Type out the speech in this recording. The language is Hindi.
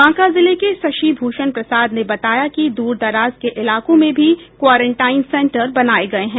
बांका जिले के शशिभूषण प्रसाद ने बताया कि दूरदराज के इलाकों में भी क्वारेंटाईन सेंटर बनाये गये हैं